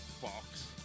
Fox